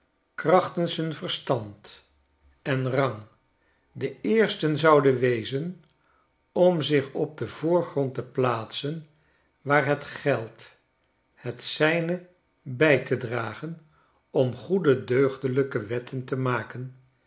hun verstand en rang de eersten zouden wezen om zich op den voorgrond te plaatsen waar het geldt het zijne bij te dragen om goede deugdelijke wetten te maken